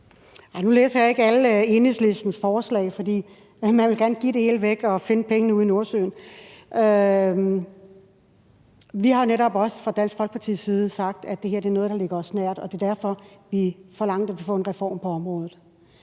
Nu læser jeg ikke alle Enhedslistens forslag, for man vil gerne give det hele væk og finde pengene ude i Nordsøen. Vi har netop også fra Dansk Folkepartis side sagt, at det her er noget, der ligger os nært, og det var derfor, vi forlangte at få en reform på området.